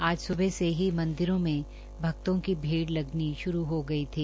आज सुबह से ही मंदिरों में भक्तों की भीड़ लगनी शुरू हो गई थी